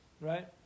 right